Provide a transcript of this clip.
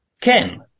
Ken